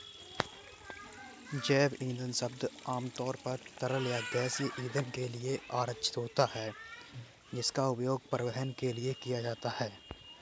जैव ईंधन शब्द आमतौर पर तरल या गैसीय ईंधन के लिए आरक्षित होता है, जिसका उपयोग परिवहन के लिए किया जाता है